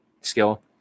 skill